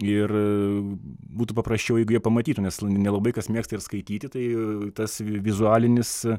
ir būtų paprasčiau jeigu jie pamatytų nes nelabai kas mėgsta ir skaityti tai tas vizualinis